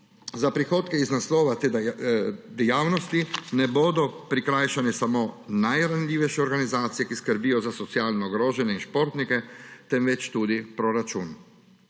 Za prihodke iz naslova te dejavnosti ne bodo prikrajšane samo najranljivejše organizacije, ki skrbijo za socialno ogrožene in športnike, temveč tudi proračun.